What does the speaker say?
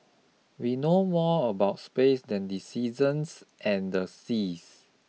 we know more about space than the seasons and the seas